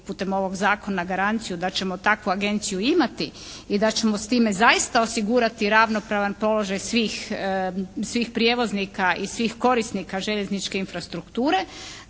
putem ovog zakona garanciju da ćemo takvu agenciju imati i da ćemo s time zaista osigurati ravnopravan položaj svih, svih prijevoznika i svih korisnika željezničke infrastrukture